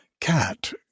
Cat